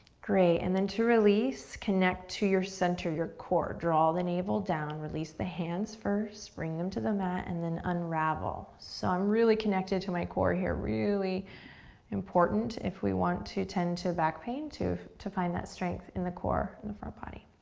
great, and then to release, connect to your center, your core. draw the navel down, release the hands first. bring them to the mat and then unravel. so i'm really connected to my core here. really important if we want to tend to back pain to to find that strength in the core in the front body.